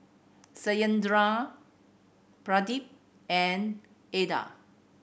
Satyendra Pradip and Atal